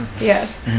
Yes